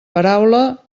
paraula